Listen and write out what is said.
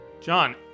John